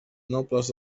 nobles